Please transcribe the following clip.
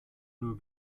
nur